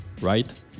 right